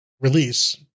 release